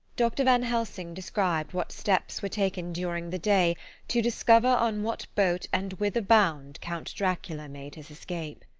dr. van helsing described what steps were taken during the day to discover on what boat and whither bound count dracula made his escape